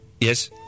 Yes